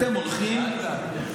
אתם הולכים, לאט-לאט.